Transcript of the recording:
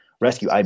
rescue